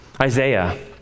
Isaiah